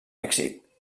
èxit